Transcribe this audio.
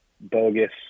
bogus